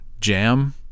jam